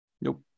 Nope